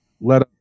Let